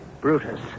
Brutus